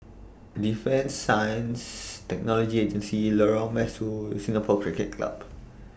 Defence Science Technology Agency Lorong Mesu Singapore Cricket Club